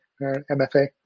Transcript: MFA